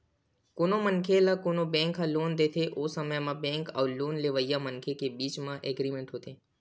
कोनो मनखे ल कोनो बेंक ह लोन देथे ओ समे म बेंक अउ लोन लेवइया मनखे के बीच म एग्रीमेंट होथे